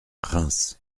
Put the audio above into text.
reims